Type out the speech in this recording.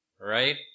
Right